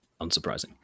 unsurprising